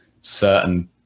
certain